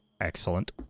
Excellent